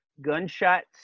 gunshots